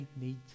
need